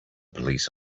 police